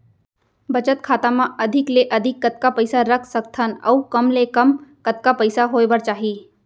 बचत खाता मा अधिक ले अधिक कतका पइसा रख सकथन अऊ कम ले कम कतका पइसा होय बर चाही?